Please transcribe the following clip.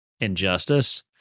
Injustice